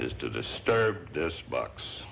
it is to disturb this box